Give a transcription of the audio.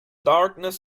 darkness